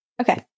Okay